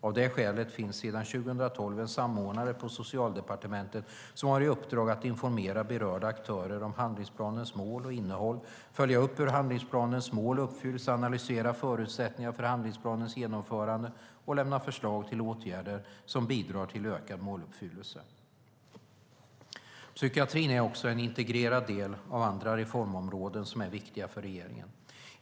Av det skälet finns sedan 2012 en samordnare på Socialdepartementet som har i uppdrag att informera berörda aktörer om handlingsplanens mål och innehåll, följa upp hur handlingsplanens mål uppfylls, analysera förutsättningarna för handlingsplanens genomförande och lämna förslag till åtgärder som bidrar till ökad måluppfyllelse. Psykiatrin är också en integrerad del av andra reformområden som är viktiga för regeringen.